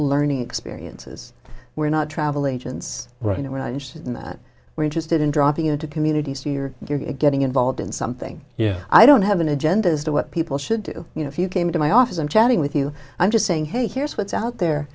learning experiences we're not travel agents right now we're not interested in that we're interested in dropping into communities year you're getting involved in something yeah i don't have an agenda as to what people should do you know if you came to my office and chatting with you i'm just saying hey here's what's out there